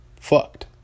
fucked